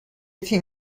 تیم